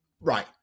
Right